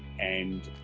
and